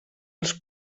els